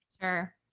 Sure